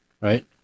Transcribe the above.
Right